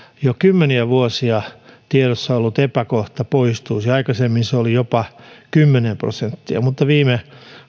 jo kymmeniä vuosia tiedossa ollut epäkohta poistuisi aikaisemmin se oli jopa kymmenen prosenttia mutta viime